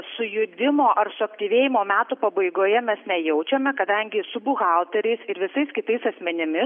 sujudimo ar suaktyvėjimo metų pabaigoje mes nejaučiame kadangi su buhalteriais ir visais kitais asmenimis